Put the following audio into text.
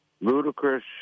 ludicrous